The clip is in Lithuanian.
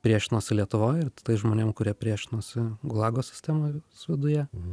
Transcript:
priešinosi lietuvoj ir tais žmonėm kurie priešinosi gulago sistemos viduje